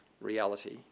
reality